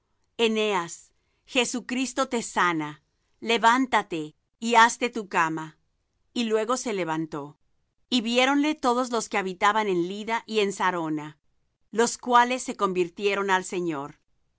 eneas jesucristo te sana levántate y hazte tu cama y luego se levantó y viéronle todos los que habitaban en lydda y en sarona los cuales se convirtieron al señor